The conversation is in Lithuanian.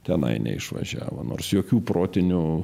tenai neišvažiavo nors jokių protinių